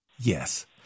Yes